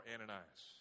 Ananias